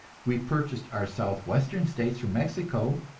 we purchased our southwestern states from mexico,